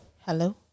Hello